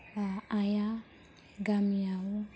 आइया गामियाव